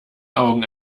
augen